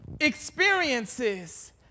experiences